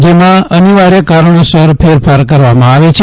જેમાં અિનવા ર્ય કારણોસર ફેરફાર કરવામાં આવે છે